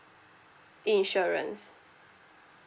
insurance